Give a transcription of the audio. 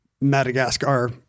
Madagascar